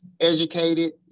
educated